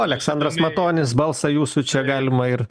aleksandras matonis balsą jūsų čia galima ir